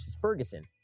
Ferguson